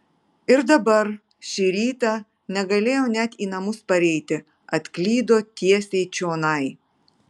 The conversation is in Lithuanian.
ir dabar šį rytą negalėjo net į namus pareiti atklydo tiesiai čionai